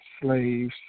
slaves